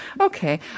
Okay